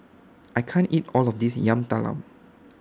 I can't eat All of This Yam Talam